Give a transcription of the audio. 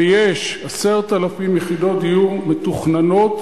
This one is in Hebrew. ויש 10,000 יחידות דיור מתוכננות,